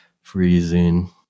freezing